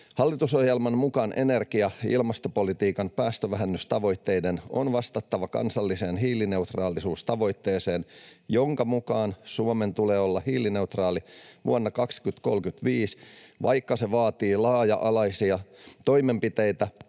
Hallitusohjelman mukaan energia‑ ja ilmastopolitiikan päästövähennystavoitteiden on vastattava kansalliseen hiilineutraalisuustavoitteeseen, jonka mukaan Suomen tulee olla hiilineutraali vuonna 2035, vaikka se vaatii laaja-alaisia toimenpiteitä,